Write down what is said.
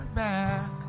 back